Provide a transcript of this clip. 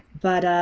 but